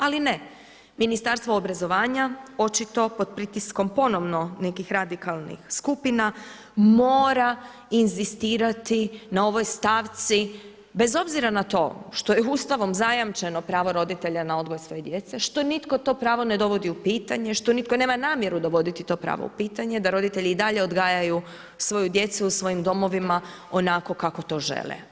Ali ne, Ministarstvo obrazovanja očito pod pritiskom ponovno nekih radikalnih skupina mora inzistirati na ovoj stavci, bez obzira na to što je Ustavom zajamčeno pravo roditelja na odgoj svoje djece, što nitko to pravo ne dovodi u pitanje, što nitko nema namjeru dovoditi to pravo u pitanje da roditelji i dalje odgajaju svoju djecu u svojim domovima onako kako to žele.